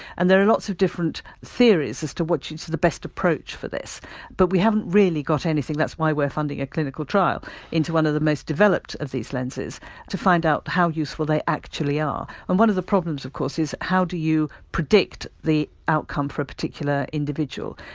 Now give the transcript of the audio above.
and there are lots of different theories as to what is the best approach for this but we haven't really got anything that's why we're funding a clinical trial into one of the most developed of these lenses to find out how useful they actually are. and one of the problems, of course, is how do you predict the outcome for a particular individual,